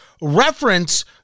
reference